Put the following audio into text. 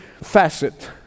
facet